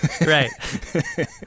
right